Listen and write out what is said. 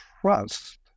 trust